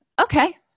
Okay